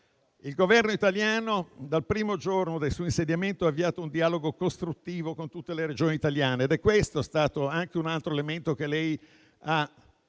Il Governo italiano, dal primo giorno del suo insediamento, ha avviato un dialogo costruttivo con tutte le Regioni italiane e questo è stato un altro elemento che lei ha